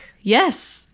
Yes